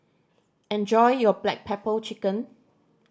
enjoy your black pepper chicken